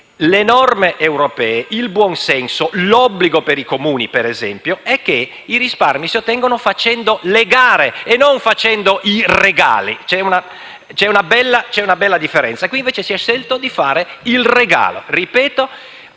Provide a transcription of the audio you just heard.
Le norme europee, il buonsenso e l'obbligo per i Comuni, per esempio, vogliono che i risparmi si ottengano facendo le gare, non i regali: c'è una bella differenza. Qui invece si è scelto di fare il regalo, lo